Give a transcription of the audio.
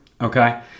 okay